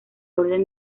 orden